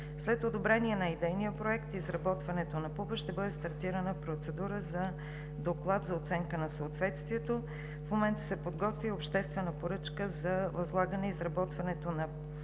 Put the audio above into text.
След одобрение на идейния проект и изработване на ПУП ще бъде стартирана процедура за доклад за оценка на съответствието. В момента се подготвя обществена поръчка за възлагане и изработване на